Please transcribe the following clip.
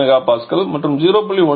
8 MPa மற்றும் 0